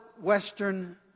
Western